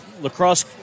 lacrosse